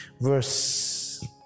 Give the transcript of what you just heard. Verse